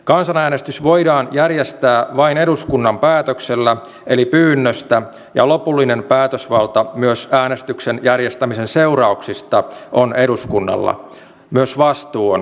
kansanäänestys voidaan järjestää vain eduskunnan päätöksellä eli pyynnöstä ja lopullinen päätösvalta myös äänestyksen järjestämisen seurauksista on eduskunnalla myös vastuu on eduskunnalla